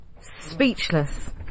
speechless